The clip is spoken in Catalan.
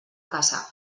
caça